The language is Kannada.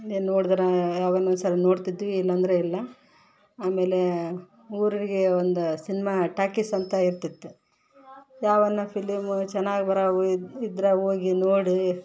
ಹಿಂದೆ ನೋಡಿದ್ರೆ ಯಾವಾಗಲೋ ಒಂದೊಂದುಸರಿ ನೋಡ್ತಿದ್ವಿ ಇಲ್ಲ ಅಂದರೆ ಇಲ್ಲ ಆಮೇಲೇ ಊರಿಗೆ ಒಂದು ಸಿನ್ಮಾ ಟಾಕೀಸ್ ಅಂತ ಇರ್ತಿತ್ತು ಯಾವನ್ನ ಫಿಲೀಮ ಚೆನ್ನಾಗ್ ಬರೋವು ಇದ್ರ ಹೋಗಿ ನೋಡಿ